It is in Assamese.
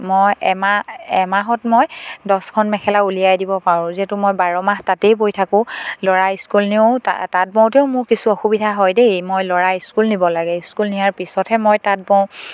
মই এমাহ এমাহত মই দছখন মেখেলা উলিয়াই দিব পাৰোঁ যিহেতু মই বাৰ মাহ তাঁতেই বৈ থাকোঁ ল'ৰা স্কুল নিও তাঁত বওঁতেও মোৰ কিছু অসুবিধা হয় দেই মই ল'ৰা স্কুল নিব লাগে স্কুল নিয়াৰ পিছতহে মই তাঁত বওঁ